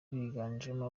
biganjemo